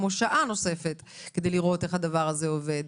כמו שעה נוספת כדי לראות איך הדבר הזה עובד.